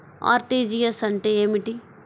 RTGS అంటే ఏమిటి?